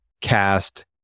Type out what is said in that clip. CAST